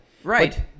Right